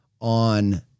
on